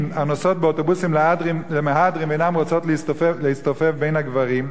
הנוסעות באוטובוסים מהדרין ואינן רוצות להצטופף בין הגברים,